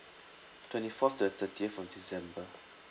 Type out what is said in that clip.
twenty fourth to the thirtieth of december